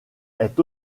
est